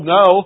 no